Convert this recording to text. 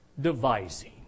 devising